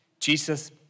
Jesus